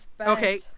okay